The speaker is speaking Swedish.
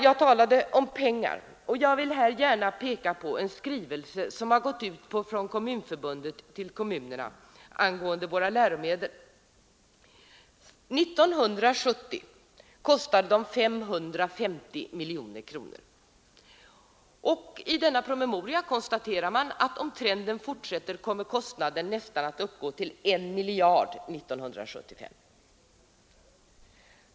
Jag talade om pengar, och jag vill här gärna peka på en skrivelse som har gått ut från Kommunförbundet till kommunerna angående våra läromedel. År 1970 kostade de 550 miljoner kronor. I denna promemoria konstaterar man att om trenden fortsätter kommer kostnaden att uppgå till nästan 1 miljard år 1975.